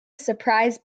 surprise